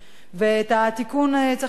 את העיוות צריך לתקן,